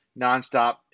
nonstop